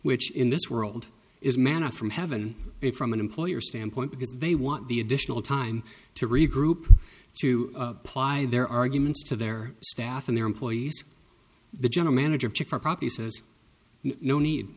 which in this world is manna from heaven it from an employer standpoint because they want the additional time to regroup to apply their arguments to their staff and their employees the general manager